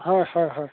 হয় হয় হয়